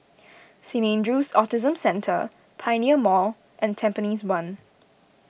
Saint andrew's Autism Centre Pioneer Mall and Tampines one